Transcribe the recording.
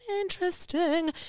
interesting